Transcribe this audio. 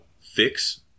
fix